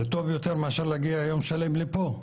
זה טוב יותר מאשר להגיע יום שלם לפה,